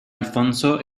alfonso